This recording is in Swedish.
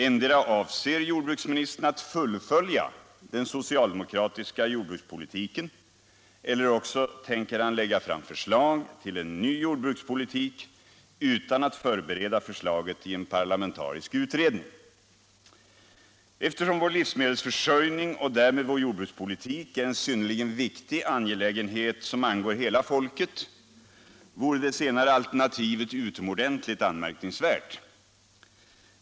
Endera avser jordbruksministern att fullfölja den socialdemokratiska jordbrukspolitiken eller också tänker han lägga fram förslag till en ny jordbrukspolitik utan att förbereda förslaget i en parlamentarisk utredning. Eftersom vår livsmedelsförsörjning och därmed vår jordbrukspolitik är en synnerligen viktig angelägenhet som angår hela folket, vore det senare alternativet utomordentligt anmärkningsvärt.